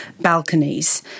balconies